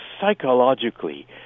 psychologically